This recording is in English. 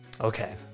Okay